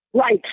Right